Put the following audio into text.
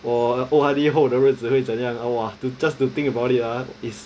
我 O_R_D 后的日子会怎样 !wah! to just to think about it ah is